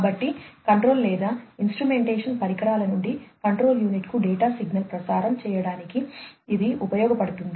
కాబట్టి కంట్రోల్ లేదా ఇన్స్ట్రుమెంటేషన్ పరికరాల నుండి కంట్రోల్ యూనిట్కు డేటా సిగ్నల్ ప్రసారం చేయడానికి ఇది ఉపయోగించబడుతుంది